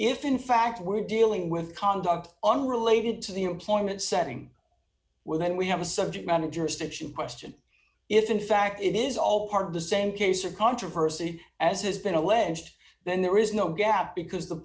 if in fact we're dealing with conduct unrelated to the employment setting we're then we have a subject manager stiction question if in fact it is all part of the same case or controversy as has been alleged then there is no gap because the